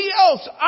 else